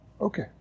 Okay